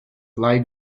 lie